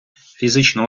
фізична